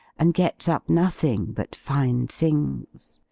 and gets up nothing but fine things.